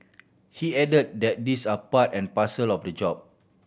he add that these are part and parcel of the job